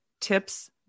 tips